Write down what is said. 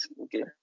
Okay